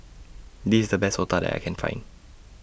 This IS The Best Otah that I Can Find